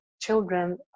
children